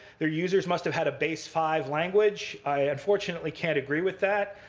their users must have had a base five language. i, unfortunately, can't agree with that.